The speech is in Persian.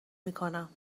میکنم